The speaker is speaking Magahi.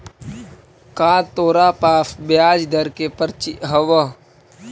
का तोरा पास ब्याज दर के पर्ची हवअ